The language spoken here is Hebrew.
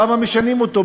למה משנים אותו,